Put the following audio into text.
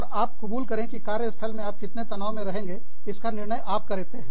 और आप कबूल करें कि कार्य स्थल में आप कितने तनाव में रहेंगे इसका निर्णय आप करते हैं